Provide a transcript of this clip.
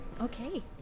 okay